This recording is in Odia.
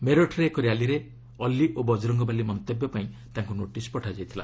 ମେରଟ୍ରେ ଏକ ର୍ୟାଲିରେ ଅଲ୍ଲି ଓ ବଜରଙ୍ଗବାଲୀ ମନ୍ତବ୍ୟ ପାଇଁ ତାଙ୍କୁ ନୋଟିସ୍ ପଠାଯାଇଥିଲା